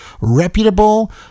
reputable